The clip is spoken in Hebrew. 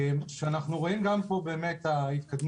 אנחנו רואים גם פה באמת את ההתקדמות,